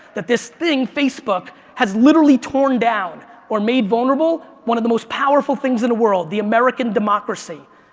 that this thing, facebook, has literally torn down or made vulnerable one of the most powerful things in the world, the american democracy.